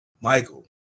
Michael